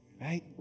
right